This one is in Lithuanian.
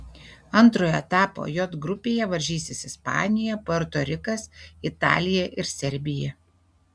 antrojo etapo j grupėje varžysis ispanija puerto rikas italija ir serbija